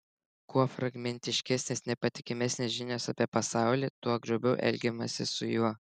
kuo fragmentiškesnės nepatikimesnės žinios apie pasaulį tuo grubiau elgiamasi su juo